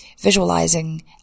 visualizing